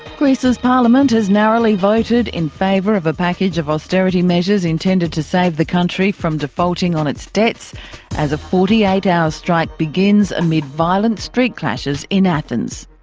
greece's parliament has narrowly voted in favour of a package of austerity measures intended to save the country from defaulting on its debts as a forty eight hour strike begins amid violent street clashes in athens.